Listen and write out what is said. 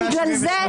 בגלל זה?